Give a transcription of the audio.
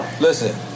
Listen